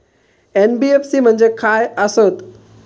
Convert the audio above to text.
NBFC म्हणजे खाय आसत?